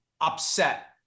upset